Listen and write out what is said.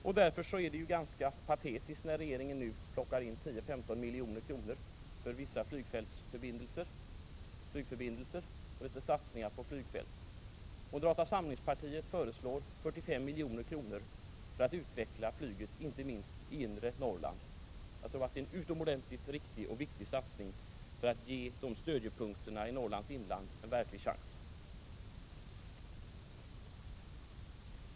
Det är mot denna bakgrund ganska patetiskt när regeringen nu föreslår 10—15 milj.kr. för vissa flygförbindelser och satsningar på flygfält. Moderata samlingspartiet föreslår 45 milj.kr. till utveckling av flyget, inte minst i inre Norrland. Jag tror att det är en utomordentligt viktig och riktig satsning för att ge stödjepunkterna i Norrlands inland en verklig chans.